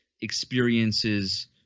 experiences